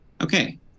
okay